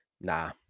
Nah